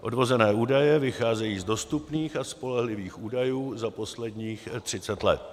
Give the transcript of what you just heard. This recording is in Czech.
Odvozené údaje vycházejí z dostupných a spolehlivých údajů za posledních 30 let.